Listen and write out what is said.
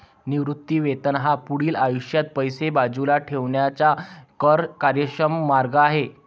निवृत्ती वेतन हा पुढील आयुष्यात पैसे बाजूला ठेवण्याचा कर कार्यक्षम मार्ग आहे